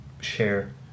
share